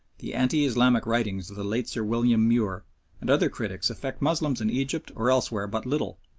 the anti-islamic writings of the late sir william muir and other critics affect moslems in egypt or elsewhere but little,